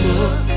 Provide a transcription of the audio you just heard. look